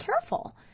careful